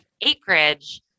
acreage